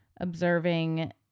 observing